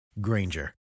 Granger